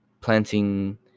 planting